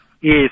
Yes